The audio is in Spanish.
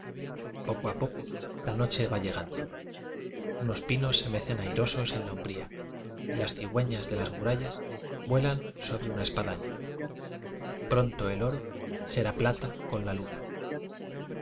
poco a poco la noche va llegando unos pinos se mecen airosos en la umbría y las cigüeñas de las murallas vuelan sobre una espadaña pronto el oro será plata con la luna